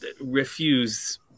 refuse